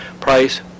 price